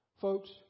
folks